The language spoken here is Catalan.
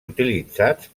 utilitzats